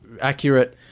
accurate